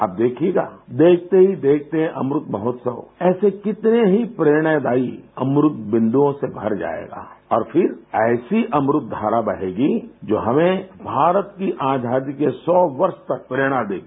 आप देखिएगा देखते ही देखते अमृत महोत्सव ऐसे कितने ही प्रेरणादायी अमृत बिंदुओं से भर जाएगा और फिर ऐसी अमृत धरा बहेगी जो हमें भारत की आजादी के सौ वर्ष तक प्रेरणा देगी